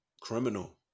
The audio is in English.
criminal